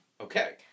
Okay